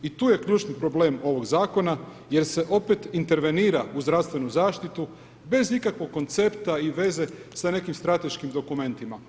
I tu je ključni problem ovog zakona, jer se opet intervenira u zdravstvenu zaštitu bez ikakvog koncepta i veze s nekim strateškim dokumentima.